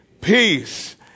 peace